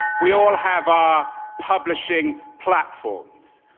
we all have our publishing platfor ms.